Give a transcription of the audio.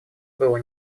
было